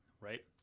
Right